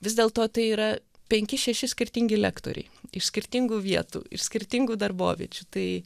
vis dėlto tai yra penki šeši skirtingi lektoriai iš skirtingų vietų iš skirtingų darboviečių tai